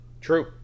True